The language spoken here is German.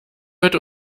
wird